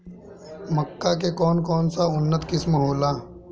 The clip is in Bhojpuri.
मक्का के कौन कौनसे उन्नत किस्म होला?